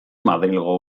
madrilgo